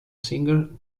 singer